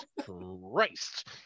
Christ